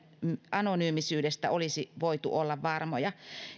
anonyymisyydestä olisi voitu olla varmoja